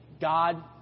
God